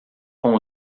com